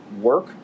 work